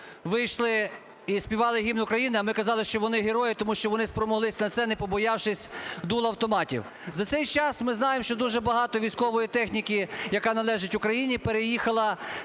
вийшли і співали Гімн України, а ми казали, що вони герої, тому що вони спромоглися на це, не побоявшись дул автоматів. За цей час, ми знаємо, що дуже багато військової техніки, яка належить Україні, переїхала